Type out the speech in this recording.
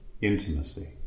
intimacy